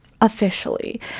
officially